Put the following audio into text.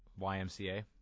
YMCA